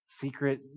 Secret